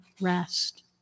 rest